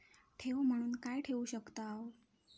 ठेव म्हणून काय ठेवू शकताव?